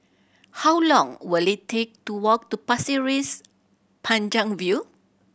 how long will it take to walk to Pasir Panjang View